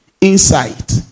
Insight